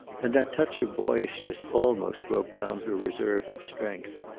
and that touch of boyishness almost broke down her reserve of strength.